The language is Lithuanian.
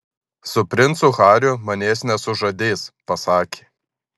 su princu hariu manęs nesužadės pasakė